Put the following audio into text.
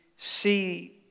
see